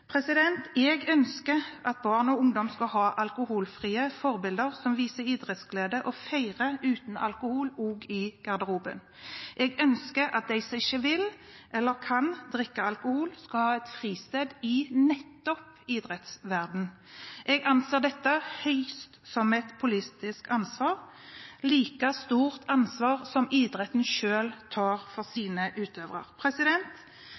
Jeg ønsker at barn og ungdom skal ha alkoholfrie forbilder som viser idrettsglede, og som feirer uten alkohol – også i garderoben. Jeg ønsker at de som ikke vil eller kan drikke alkohol, skal ha et fristed nettopp i idrettsverdenen. Jeg anser dette som et politisk ansvar – et like stort ansvar som idretten selv tar for sine utøvere.